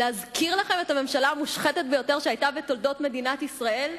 להזכיר לכם את הממשלה המושחתת ביותר שהיתה בתולדות מדינת ישראל?